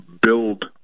build